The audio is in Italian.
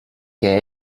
che